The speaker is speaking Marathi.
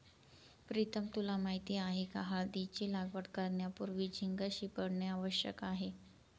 प्रीतम तुला माहित आहे का हळदीची लागवड करण्यापूर्वी झिंक शिंपडणे आवश्यक आहे